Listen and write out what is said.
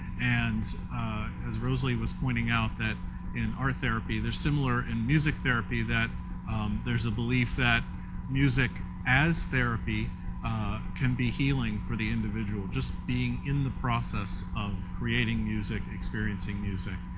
and as rosalie was pointing out that in art therapy they're similar in music therapy that there's a belief that music as therapy can be healing for the individual, just being in the process of creating music, experiencing music.